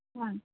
ᱦᱮᱸ